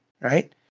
right